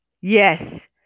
yes